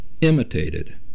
imitated